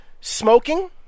smoking